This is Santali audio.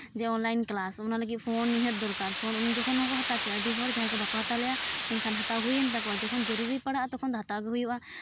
ᱡᱮ ᱚᱱᱠᱟᱭᱤᱱ ᱠᱞᱟᱥ ᱚᱱᱟ ᱞᱟᱹᱜᱤᱫ ᱯᱷᱳᱱ ᱱᱤᱦᱟᱹᱛ ᱫᱚᱨᱠᱟᱨ ᱯᱷᱳᱱ ᱩᱱ ᱡᱚᱠᱷᱚᱱ ᱦᱚᱸᱠᱚ ᱦᱟᱛᱟᱣ ᱠᱮᱫᱼᱟ ᱟᱹᱰᱤ ᱦᱚᱲ ᱡᱟᱦᱟᱸᱭ ᱠᱚ ᱵᱟᱠᱚ ᱦᱟᱛᱟᱣ ᱞᱮᱫᱼᱟ ᱢᱮᱱᱠᱷᱟᱱ ᱦᱟᱛᱟᱣ ᱦᱩᱭᱮᱱ ᱛᱟᱠᱚᱣᱟ ᱡᱚᱠᱷᱚᱱ ᱡᱟᱨᱩᱲᱤ ᱯᱟᱲᱟᱜᱼᱟ ᱛᱚᱠᱷᱚᱱ ᱫᱚ ᱦᱟᱛᱟᱣ ᱜᱮ ᱦᱩᱭᱩᱜᱼᱟ